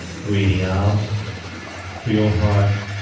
breathing out through your heart